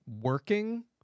working